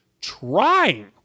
trying